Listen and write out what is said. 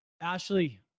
Ashley